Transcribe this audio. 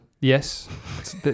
Yes